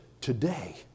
today